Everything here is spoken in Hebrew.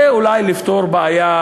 זה אולי לפתור בעיה,